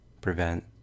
prevent